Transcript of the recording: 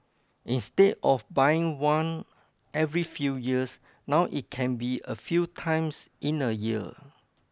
instead of buying one every few years now it can be a few times in a year